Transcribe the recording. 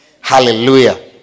Hallelujah